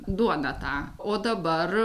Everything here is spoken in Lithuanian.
duoną tą o dabar